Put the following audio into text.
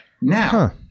Now